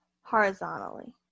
horizontally